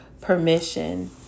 permission